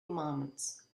moments